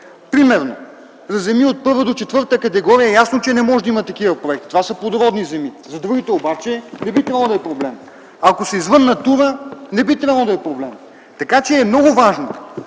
Примерно, за земи от І до ІV категория е ясно, че не може да има такива проекти. Това са плодородни земи. За другите обаче не би трябвало да е проблем. Ако са извън „Натура 2000”, не би трябвало да е проблем. Много е важно